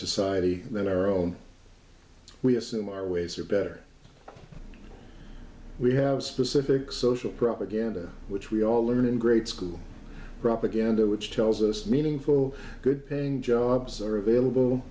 society than our own we assume our ways are better we have specific social propaganda which we all learn in grade school propaganda which tells us meaningful good paying jobs are available